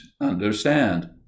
understand